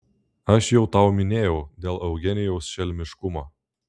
aš jau tau minėjau dėl eugenijaus šelmiškumo